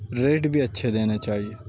rate بھی اچھے دینے چاہیے